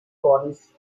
cornish